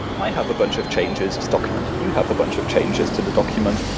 i have a bunch of changes to document. you have a bunch of changes to the document.